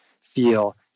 feel